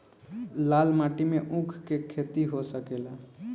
लाल माटी मे ऊँख के खेती हो सकेला?